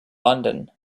london